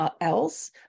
else